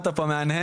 בזק,